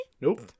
Nope